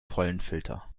pollenfilter